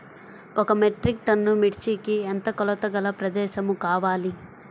ఒక metric ton మిర్చికి ఎంత కొలతగల ప్రదేశము కావాలీ?